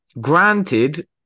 Granted